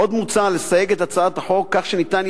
עוד מוצע לסייג את הצעת החוק כך שיהיה